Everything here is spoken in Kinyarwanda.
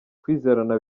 kwizerana